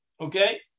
Okay